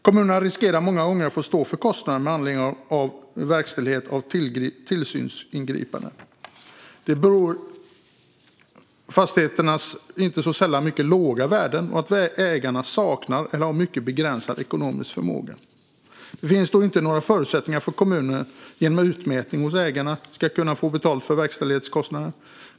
Kommunerna riskerar många gånger att få stå för kostnaderna med anledning av verkställighet av tillsynsingripanden. Det beror på fastigheternas inte så sällan mycket låga värden och att ägarna saknar eller har en mycket begränsad ekonomisk förmåga. Det finns då inte några förutsättningar för kommunerna att genom utmätning hos ägarna få betalt för verkställighetskostnaderna.